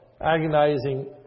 agonizing